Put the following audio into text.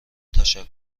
تشکر